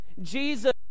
Jesus